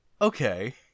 Okay